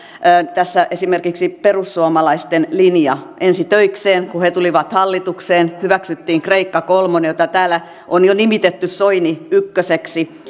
tässä esimerkiksi perussuomalaisten linja ensi töiksi kun he tulivat hallitukseen hyväksyttiin kreikka kolmonen jota täällä on jo nimitetty soini ykköseksi